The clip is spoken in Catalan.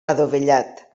adovellat